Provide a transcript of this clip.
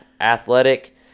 athletic